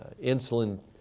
insulin